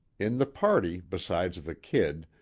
in the party, besides the kid,